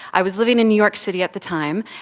i was living in new york city at the time,